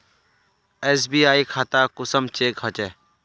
SBI खाता कुंसम check होचे?